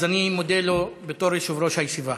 אז אני מודה לו בתור יושב-ראש הישיבה.